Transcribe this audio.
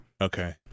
Okay